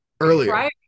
earlier